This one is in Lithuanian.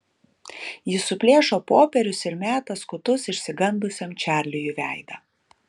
ji suplėšo popierius ir meta skutus išsigandusiam čarliui į veidą